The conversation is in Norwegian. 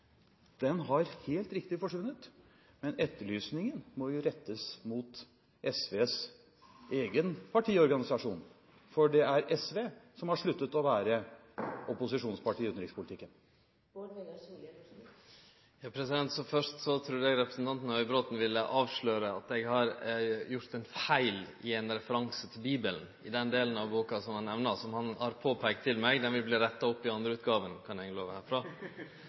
den opposisjonen som har vært i norsk utenrikspolitikk – i spørsmål om NATO, i spørsmål om EU/EØS, i spørsmål om boikott av Israel, i spørsmål om fred og krig – helt riktig har forsvunnet, men etterlysningen må jo rettes mot SVs egen partiorganisasjon, for det er SV som har sluttet å være opposisjonsparti i utenrikspolitikken. Først trudde eg representanten Høybråten ville avsløre at eg har gjort ein feil i ein referanse til Bibelen i den delen av boka som han nemner, som han har påpeikt overfor meg. Den vil